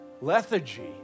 lethargy